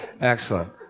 Excellent